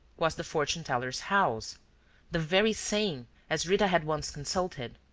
was the fortune teller's house the very same as rita had once consulted.